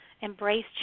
embrace